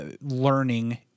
learning